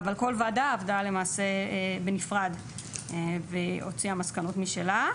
אבל כל וועדה עבדה למעשה בנפרד והוציאה מסקנות משלה,